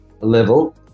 level